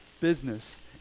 business